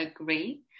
agree